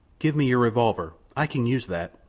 give me your revolver. i can use that,